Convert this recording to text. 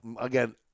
again